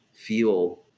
feel